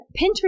Pinterest